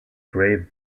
grave